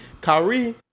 Kyrie